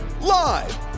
Live